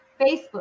Facebook